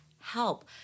help